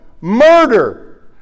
murder